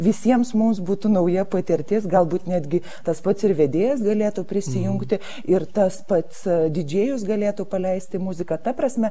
visiems mums būtų nauja patirtis galbūt netgi tas pats ir vedėjas galėtų prisijungti ir tas pats didžėjus galėtų paleisti muziką ta prasme